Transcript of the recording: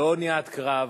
לא אוניית קרב,